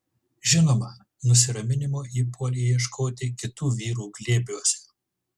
žinoma nusiraminimo ji puolė ieškoti kitų vyrų glėbiuose